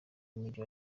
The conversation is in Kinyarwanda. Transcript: y’umujyi